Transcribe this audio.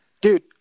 dude